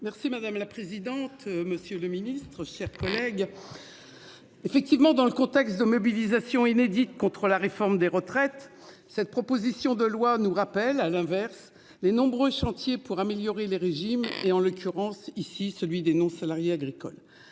Mme Raymonde Poncet Monge. Monsieur le ministre, mes chers collègues, dans un contexte de mobilisation inédite contre la réforme des retraites, cette proposition de loi nous rappelle, à l'inverse, les nombreux chantiers menés pour améliorer les régimes, en l'occurrence celui des non-salariés agricoles.